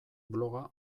bloga